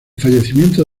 fallecimiento